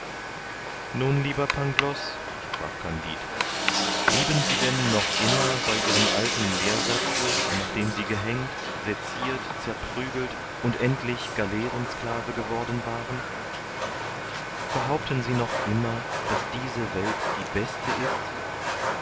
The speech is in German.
nun lieber pangloß sprach kandid blieben sie denn noch immer mein ihrem alten lehrsatze nachdem sie gehängt secirt zerprügelt und endlich galeerensklave geworden waren behaupten sie noch immer daß diese welt die beste ist